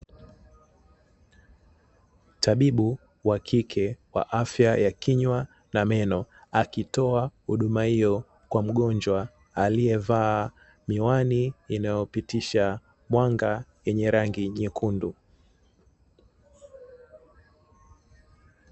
Tabibu wa kike wa afya ya kinywa na meno, akitoa huduma hiyo kwa mgonjwa aliyevaa miwani inayopitisha mwanga yenye rangi nyekundu.